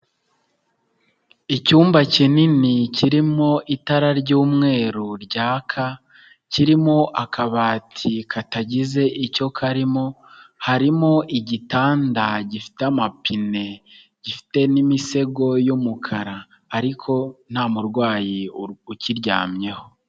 Icyumba kinini kirimo itara ry'mweru ryaka, kirimo akabati katagize icyo karimo, harimo igitanda gifite amapine gifite n'imisego y'umukara ariko nta murwayi ukiryamyeho.